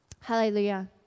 Hallelujah